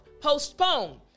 postpone